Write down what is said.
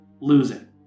losing